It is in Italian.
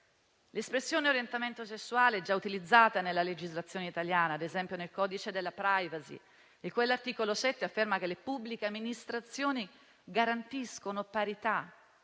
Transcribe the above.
L'espressione orientamento sessuale è già utilizzata nella legislazione italiana, ad esempio, nel codice della *privacy*, il cui articolo 7 afferma che le pubbliche amministrazioni garantiscono parità